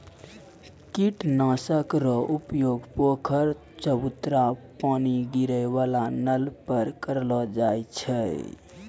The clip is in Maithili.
कीट नाशक रो उपयोग पोखर, चवुटरा पानी गिरै वाला नल पर करलो जाय छै